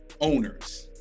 owners